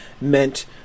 meant